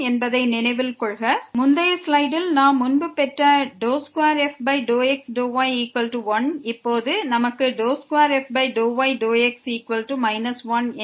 என்பதை நினைவில் கொள்க முந்தைய ஸ்லைடில் நாம் முன்பு பெற்ற 2f∂x∂y1 இப்போது நமக்கு 2f∂y∂x 1 என்று கிடைத்தது